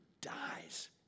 dies